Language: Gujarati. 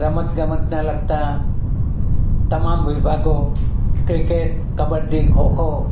રમતગમતને લગતા તમામ વિભાગો ક્રિકેટ કબડ્ડી ખોખો